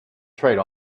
trade